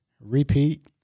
Repeat